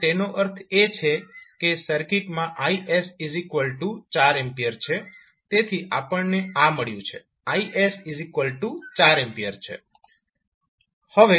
તો તેનો અર્થ એ છે કે સર્કિટમાં Is4A છે તેથી આપણને આ મળ્યું છે Is4A છે